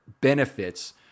benefits